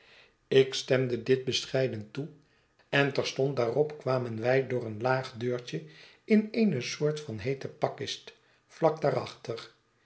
ik stemde dit bescheiden toe en terstond daarop kwamen wij door een laag deurtje in eene soort van heete pakkist vlak daarachter